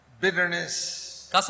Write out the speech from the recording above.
bitterness